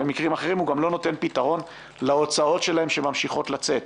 במקרים אחרים הוא גם לא נותן פתרון להוצאות שלהם שממשיכות לצאת,